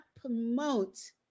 promote